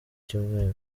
cyumweru